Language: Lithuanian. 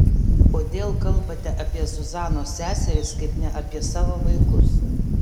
kodėl kalbate apie zuzanos seseris kaip ne apie savo vaikus